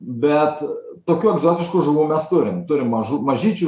bet tokių egzotiškų žuvų mes turim turim mažų mažyčių